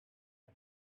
the